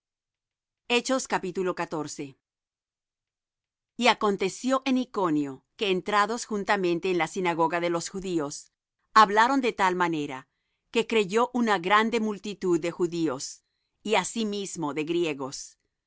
del espíritu santo y acontecio en iconio que entrados juntamente en la sinagoga de los judíos hablaron de tal manera que creyó una grande multitud de judíos y asimismo de griegos